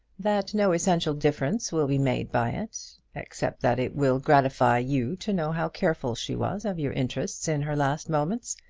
that no essential difference will be made by it except that it will gratify you to know how careful she was of your interests in her last moments.